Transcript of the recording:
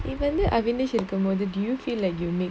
if only arvinis got come here do you feel like you make